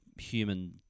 human